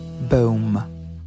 Boom